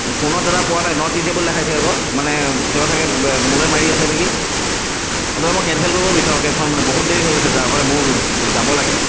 ফোনত দাদা পোৱা নাই নট ৰিচেবল দেখাইছে আকৌ মানে তেওঁ চাগে মোৰলৈ মাৰি আছে নেকি মই কেনচেল কৰিব বিচাৰোঁ কেবখন বহুত দেৰি হৈ গৈছেগৈ মোৰ যাব লাগে